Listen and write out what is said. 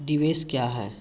निवेश क्या है?